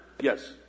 Yes